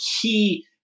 key